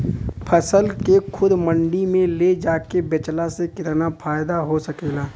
फसल के खुद मंडी में ले जाके बेचला से कितना फायदा हो सकेला?